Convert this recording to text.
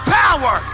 power